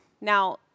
Now